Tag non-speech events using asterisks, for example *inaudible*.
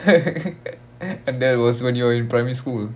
*noise* and that was when you were in primary school